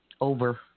Over